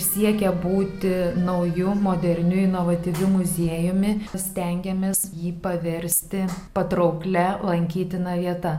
siekia būti nauju moderniu inovatyviu muziejumi stengiamės jį paversti patrauklia lankytina vieta